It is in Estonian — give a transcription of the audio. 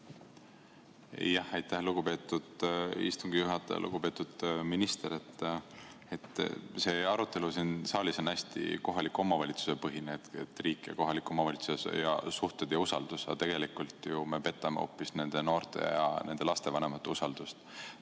istungi juhataja! Lugupeetud minister! See arutelu siin saalis on hästi kohaliku omavalitsuse põhine: riik ja kohalik omavalitsus, suhted ja usaldus. Aga tegelikult ju me petame noorte ja lastevanemate usaldust.